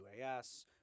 UAS